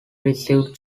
received